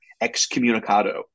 excommunicado